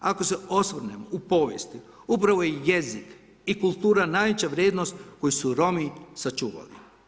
Ako se osvrnemo u povijesti, upravo je jezik i kultura najveća vrijednost koju su Romi sačuvali.